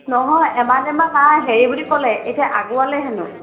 নহয় এমাহ ডেৰমাহ নাই হেৰি বুলি ক'লে এতিয়া আগুৱালে হেনো